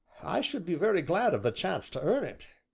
i should be very glad of the chance to earn it.